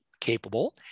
capable